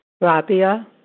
Rabia